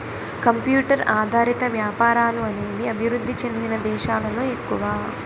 computer ఆధారిత వ్యాపారాలు అనేవి అభివృద్ధి చెందిన దేశాలలో ఎక్కువ